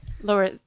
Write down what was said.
lower